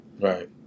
Right